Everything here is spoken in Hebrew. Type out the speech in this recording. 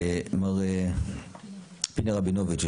מר פיני רבינוביץ',